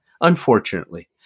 unfortunately